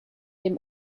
dem